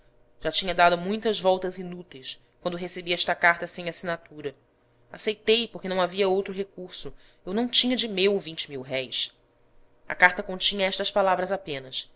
já tinha dado muitas voltas inúteis quando recebi esta carta sem assinatura aceitei porque não havia outro recurso eu não tinha de meu vinte mil-réis a carta continha estas palavras apenas